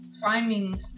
finding